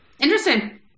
Interesting